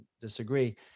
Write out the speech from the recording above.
disagree